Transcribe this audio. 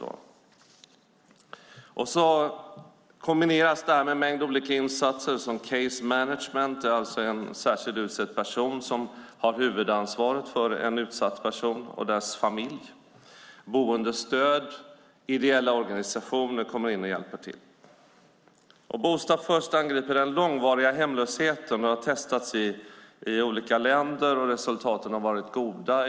Detta kombineras sedan med en mängd olika insatser såsom case management, som innebär att en särskilt utsedd person har huvudansvaret för en utsatt person och dess familj. Andra insatser är boendestöd och att ideella organisationer kommer in och hjälper till. Bostad först angriper den långvariga hemlösheten. Metoden har testats i olika länder och resultaten har varit goda.